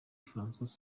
francois